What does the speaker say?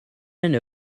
and